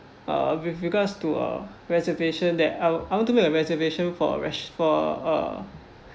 uh with regards to a reservation that I I want to make a reservation for rest~ for a